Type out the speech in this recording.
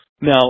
Now